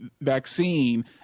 vaccine